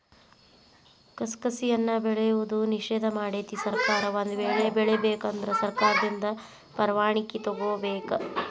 ಕಸಕಸಿಯನ್ನಾ ಬೆಳೆಯುವುದು ನಿಷೇಧ ಮಾಡೆತಿ ಸರ್ಕಾರ ಒಂದ ವೇಳೆ ಬೆಳಿಬೇಕ ಅಂದ್ರ ಸರ್ಕಾರದಿಂದ ಪರ್ವಾಣಿಕಿ ತೊಗೊಬೇಕ